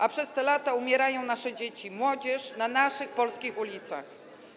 A przez te lata umierają nasze dzieci, młodzież na naszych polskich ulicach.